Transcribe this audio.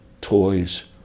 toys